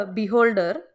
beholder